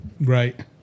Right